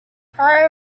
part